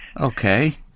Okay